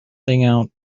something